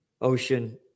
ocean